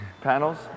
panels